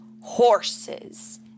Horses